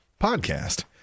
podcast